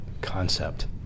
concept